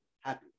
happy